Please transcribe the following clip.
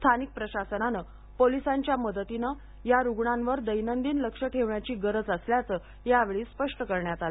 स्थानिक प्रशासनानं पोलिसांच्या मदतीनं या रुग्णांवर दैनंदिन लक्ष ठेवण्याची गरज असल्याचं यावेळी स्पष्ट करण्यात आलं